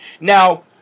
Now